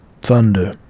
thunder